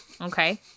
Okay